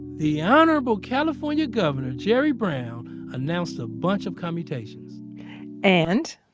the honorable california governor, jerry brown announced a bunch of commutations and.